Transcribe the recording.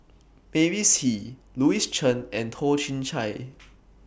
Mavis Hee Louis Chen and Toh Chin Chye